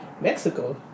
Mexico